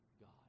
God